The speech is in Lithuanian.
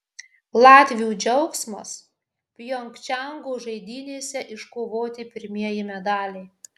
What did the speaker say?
latvių džiaugsmas pjongčango žaidynėse iškovoti pirmieji medaliai